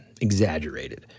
exaggerated